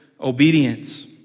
obedience